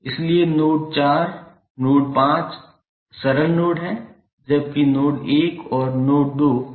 इसलिए node 4 node 5 सरल node हैं जबकि नोड 1 और नोड 2 प्रमुख नोड हैं